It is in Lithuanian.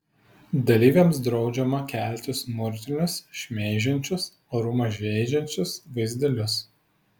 dalyviams draudžiama kelti smurtinius šmeižiančius orumą žeidžiančius vaizdelius